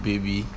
Baby